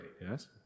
yes